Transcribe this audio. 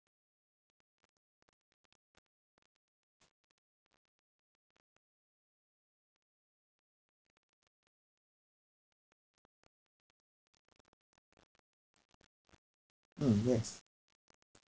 mm yes